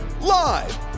Live